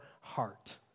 heart